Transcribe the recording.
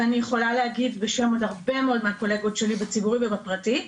ואני יכולה להגיד בשם עוד הרבה מאוד מהקולגות שלי מהציבורי ובפרטי,